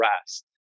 rest